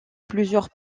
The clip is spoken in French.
plusieurs